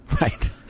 Right